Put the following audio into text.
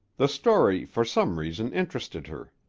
the story for some reason interested her.